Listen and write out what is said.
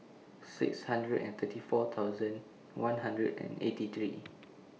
six hundred and thirty four thousand one hundred and eighty three